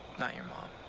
not your mom.